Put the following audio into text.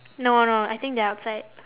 no no I think they're outside